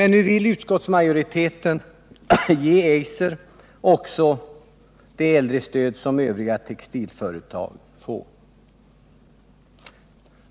Nu vill utskottsmajoriteten ge Eiser också det äldrestöd som övriga textilföretag får.